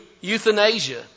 euthanasia